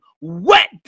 wet